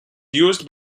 used